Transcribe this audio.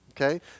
okay